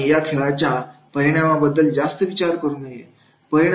आणि या खेळाच्या परिणामाबद्दल जास्त विचार करू नये